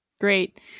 great